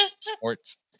sports